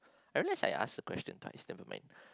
I realise I ask the question time is never make